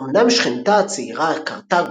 אמנם שכנתה הצעירה קרתגו,